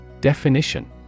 definition